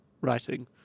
writing